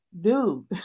dude